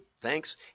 thanks